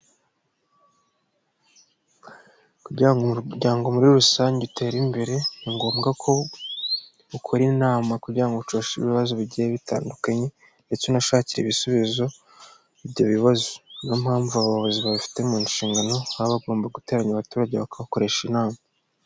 Kugira ngo umuryango muri rusange utere imbere ni ngombwa ko ukora inama kugira ngo ucoce ibibazo bigiye bitandukanye ndetse unashakire ibisubizo ibyo bibazo. Niyo mpamvu abayobozi babifite mu nshingano baba bagomba guteranya abaturage bakakoresha inama.